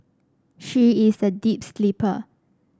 she is a deep sleeper